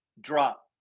drop